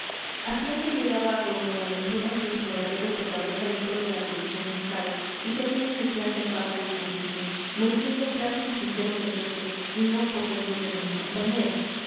así es que ayudaba a d buenaventura en sus quebraderos de cabeza dentro de la comisión de estado y servía mi plaza en paja y utensilios mereciendo plácemes sinceros del jefe y no poca envidia de mis compañeros